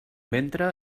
ventre